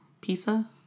Pizza